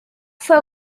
fue